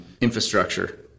infrastructure